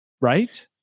Right